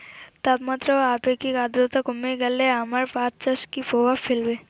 তাপমাত্রা ও আপেক্ষিক আদ্রর্তা কমে গেলে আমার পাট চাষে কী প্রভাব ফেলবে?